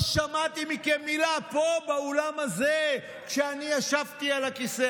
לא שמעתי מכם מילה פה באולם הזה כשאני ישבתי על הכיסא